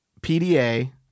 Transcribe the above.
PDA